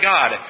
God